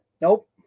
Nope